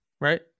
right